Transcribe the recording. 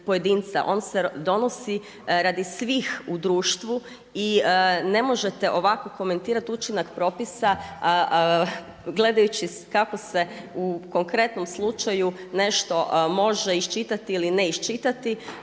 On se donosi radi svih u društvu i ne možete ovako komentirati učinak propisa gledajući kako se u konkretnom slučaju nešto može iščitati ili ne iščitat.